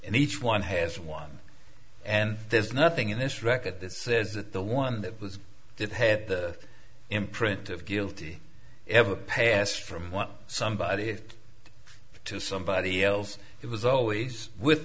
and each one has one and there's nothing in this record this says that the one that was did had the imprint of guilty ever passed from one somebody to somebody else it was always with